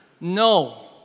no